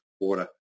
water